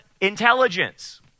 intelligence